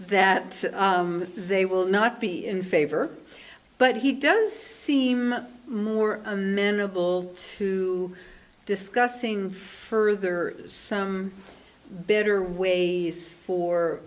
that they will not be in favor but he does seem more amenable to discussing further some better way for